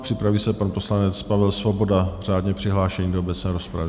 Připraví se pan poslanec Pavel Svoboda, řádně přihlášený do obecné rozpravy.